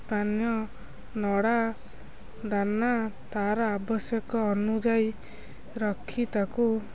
ପାନୀୟ ନଡ଼ା ଦାନା ତା'ର ଆବଶ୍ୟକ ଅନୁଯାୟୀ ରଖି ତାକୁ